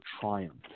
triumph